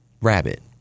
Rabbit